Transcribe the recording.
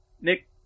Nick